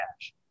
cash